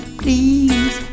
please